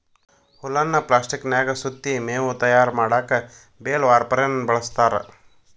ಹುಲ್ಲನ್ನ ಪ್ಲಾಸ್ಟಿಕನ್ಯಾಗ ಸುತ್ತಿ ಮೇವು ತಯಾರ್ ಮಾಡಕ್ ಬೇಲ್ ವಾರ್ಪೆರ್ನ ಬಳಸ್ತಾರ